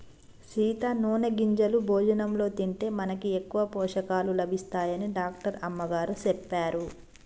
సీత నూనె గింజలు భోజనంలో తింటే మనకి ఎక్కువ పోషకాలు లభిస్తాయని డాక్టర్ అమ్మగారు సెప్పారు